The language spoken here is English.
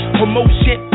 promotion